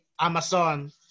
Amazon